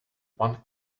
one